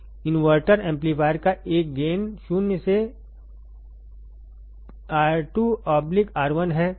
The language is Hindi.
इनवर्टर एम्पलीफायर का एक गेन शून्य से2 R1 है